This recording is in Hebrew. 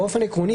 באופן עקרוני,